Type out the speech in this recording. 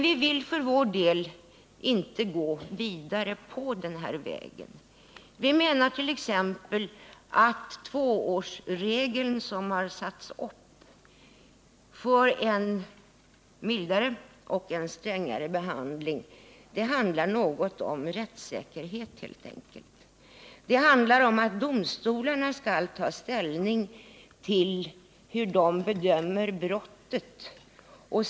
Vi vill inte gå vidare på den här vägen. Vi menar tt.ex. att tvåårsregeln som har satts upp för en mildare och en strängare behandling helt enkelt handlar om rättssäkerhet. Det handlar om att domstolarna skall ta ställning och ange hur de bedömer brottet.